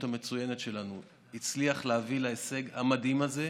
המצוינת שלנו הצליח להביא להישג המדהים הזה,